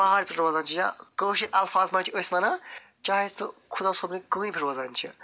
پہاڑَس پٮ۪ٹھ روزان چھِ یا کٲشٕر الفاظس منٛز چھِ أسۍ ونان چاہے سُہ خدا صوبنہِ کٲنی پٮ۪ٹھ روزان چھِ